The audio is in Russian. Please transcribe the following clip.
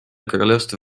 королевство